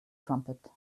trumpet